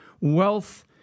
wealth